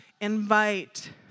invite